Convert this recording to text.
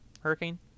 hurricane